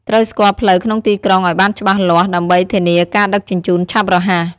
ត្រូវស្គាល់ផ្លូវក្នុងទីក្រុងឱ្យបានច្បាស់លាស់ដើម្បីធានាការដឹកជញ្ជូនឆាប់រហ័ស។